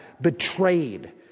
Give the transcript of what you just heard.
betrayed